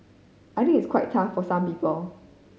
I think it's quite tough for some people